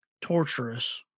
torturous